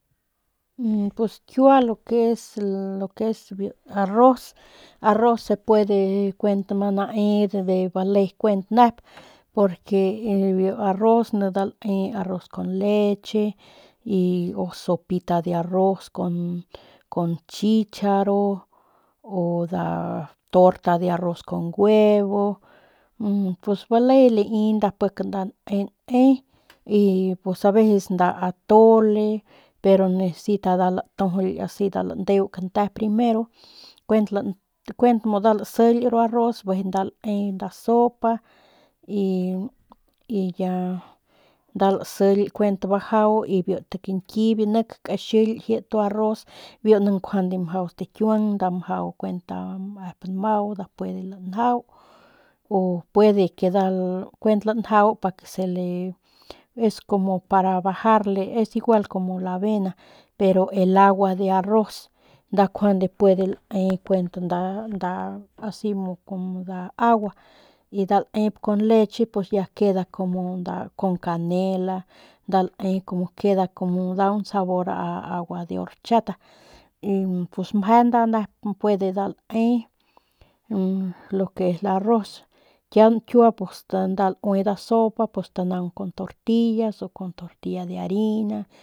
Pus kiua lo que es el arroz arroz se puede kuent ma naep bale kuent nep porque biu arroz con leche o sopita de arroz con con chicharo o nda torta arroz con huevo pues bale lai pik nda ne y pues aveces nda atole pero necesita nda latojuly si nda landeu kante primero kuent kuent muu nda laxil ru arroz y bijiy nda latujul y lae nda sopa y ya nda laxily kuent bajau y biu ta kañki y biu ti kañki biu nik kaxil kuent tu arroz ni mjau stakiuan nda mjau mep nmau nda puede lanjau o puede que nda kuent lanjau para que se le, es como para bajarle es igual como la avena pero el agua de arroz nda puede lae njuande puede lae kuent nda nda asi cmo nda agua nda laep con leche y pus ya queda como nda con canela nda lae como queda da un sabor a agua de horchata pues meje nda puede nep ne y lo que es nda arroz kian kiua pues nda laui nda sopa pues nda stanaung kun tortillas o con tortilla de a.